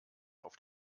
auf